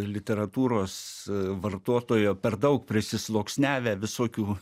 literatūros vartotojo per daug prisisluoksniavę visokių